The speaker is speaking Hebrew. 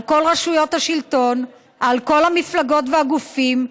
על כל רשויות השלטון, על כל המפלגות והגופים,